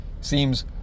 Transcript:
seems